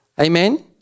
Amen